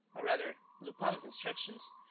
or rather lupin's instructions,